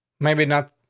maybe not.